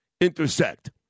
intersect